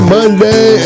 Monday